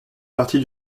partie